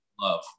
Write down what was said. love